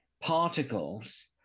particles